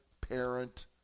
Parent